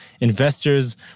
investors